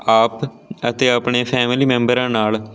ਆਪ ਅਤੇ ਆਪਣੇ ਫੈਮਲੀ ਮੈਂਬਰਾਂ ਨਾਲ